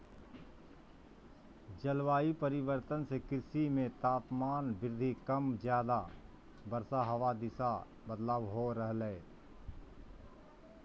जलवायु परिवर्तन से कृषि मे तापमान वृद्धि कम ज्यादा वर्षा हवा दिशा बदलाव हो रहले